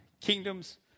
kingdoms